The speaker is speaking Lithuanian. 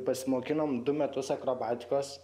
pasimokinom du metus akrobatikos